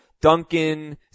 Duncan